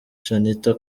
shanitah